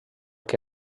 que